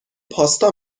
پاستا